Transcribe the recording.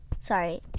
sorry